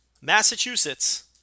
Massachusetts